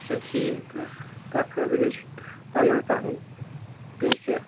اَچھا ٹھیٖک تَتھ خٲطرٕ گژھِ پَنٛداہَن ساسَن پیٚیہِ سٮ۪کھ